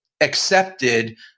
accepted